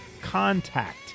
contact